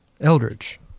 Eldridge